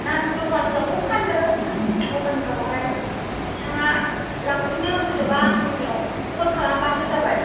नान्दु दखानफ्रावबो फानो दखानफ्रावहाय बिथाङा लांफैनो गोसोबा आंनियाव कल खालामबानो जाबाय